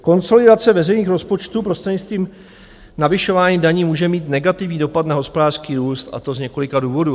Konsolidace veřejných rozpočtů prostřednictvím navyšování daní může mít negativní dopad na hospodářský růst, a to z několika důvodů.